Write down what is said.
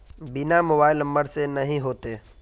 बिना mobile number से नहीं होते?